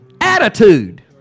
attitude